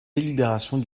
délibérations